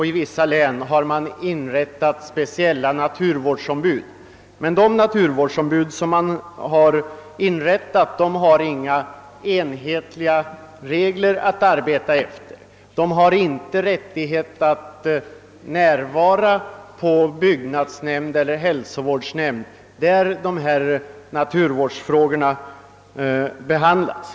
I vissa län har man tillsatt särskilda naturvårdsombud, men dessa naturvårdsombud har inga enhetliga regler att arbeta efter, och de har inte rättighet att närvara vid byggnadsnämndernas eller hälsovårdsnämndernas sammanträden, där naturvårdsfrågorna behandlas.